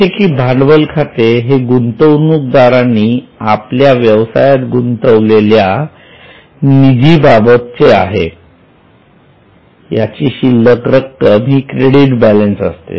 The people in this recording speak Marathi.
जसे की भांडवल खाते हे गुंतवणूकदारांनी आपल्या व्यवसायात गुंतवलेल्या निधी बाबत आहे याची शिल्लक रक्कम ही क्रेडिट बॅलन्स असते